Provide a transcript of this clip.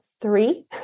three